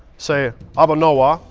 say aba nowa,